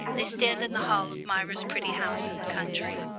they stand in the hall of myra's pretty house in the country,